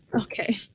Okay